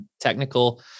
technical